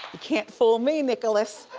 can't fool me nicholas.